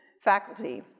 faculty